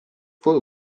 full